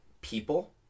people